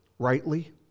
Rightly